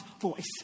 voice